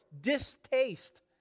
distaste